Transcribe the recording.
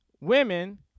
women